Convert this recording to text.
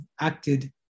acted